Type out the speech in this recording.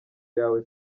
yawe